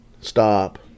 stop